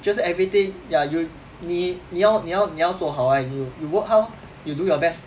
就是 everything ya you 你你要你要你要做好来 you you work hard lor you do your best